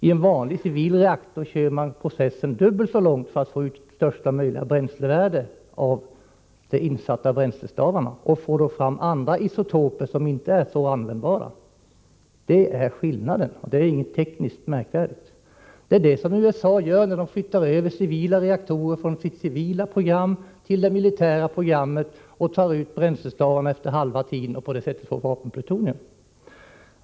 I en vanlig civil reaktor kör man processen dubbelt så långt för att få ut största möjliga bränslevärde av de insatta bränslestavarna. Man får då fram andra isotoper som inte är så användbara. Det är skillnaden. Det är inget tekniskt märkvärdigt. Så gör USA när man flyttar över civila reaktorer från sitt civila program till det militära programmet. Man tar ut bränslestavarna efter halva tiden och får på det sättet plutonium.